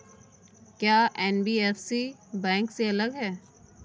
क्या NBFC bank से अलग है?